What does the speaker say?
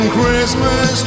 Christmas